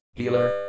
healer